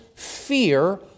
Fear